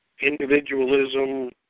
individualism